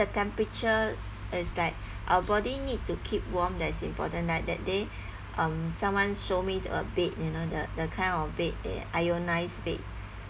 the temperature is like our body need to keep warm that's important like that day um someone show me a bed you know the the kind of bed uh ionized bed